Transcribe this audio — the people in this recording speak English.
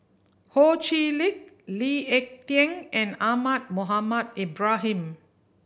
Ho Chee Lick Lee Ek Tieng and Ahmad Mohamed Ibrahim